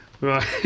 Right